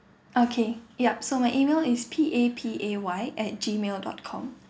okay yup so my email is P A P A Y at G mail dot com